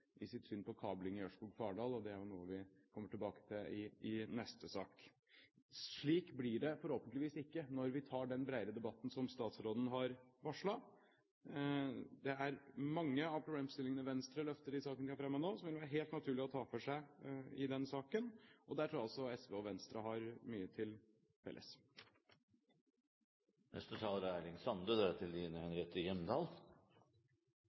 i sitt syn på kabling i Ørskog–Fardal. Det er noe vi kommer tilbake til i neste sak. Slik blir det forhåpentlig ikke når vi tar den bredere debatten som statsråden har varslet. Mange av problemstillingene Venstre løfter i saken de har fremmet nå, vil det være helt naturlig å ta for seg i den saken, og der tror jeg også SV og Venstre har mye til